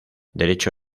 derecho